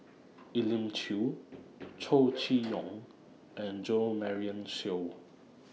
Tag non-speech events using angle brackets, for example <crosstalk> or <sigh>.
<noise> Elim Chew Chow Chee Yong and Jo Marion Seow